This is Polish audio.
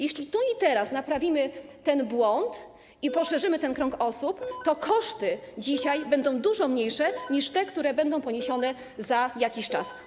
Jeśli tu i teraz naprawimy ten błąd i poszerzymy ten krąg osób, to koszty dzisiaj będą dużo mniejsze niż te, które będą poniesione za jakiś czas.